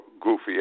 goofy